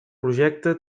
projecte